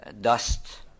dust